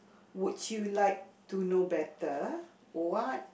would you like to know better what